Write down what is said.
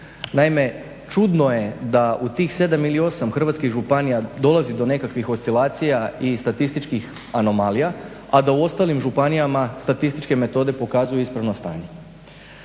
Naime, čudno je da u tih 7 ili 8 hrvatskih županija dolazi do nekakvih oscilacija i statističkih anomalija, a da u ostalim županijama statističke metode pokazuju ispravno stanje.